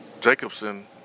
Jacobson